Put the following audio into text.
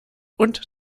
und